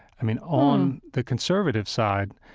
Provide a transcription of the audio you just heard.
i mean, on the conservative side,